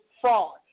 fraud